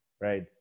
right